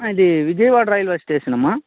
ఆ ఇది Vijayawada railway station ఆ అమ్మ